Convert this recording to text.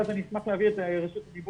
ואז אני אשמח להעביר את רשות הדיבור לחליל.